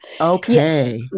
Okay